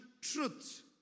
truth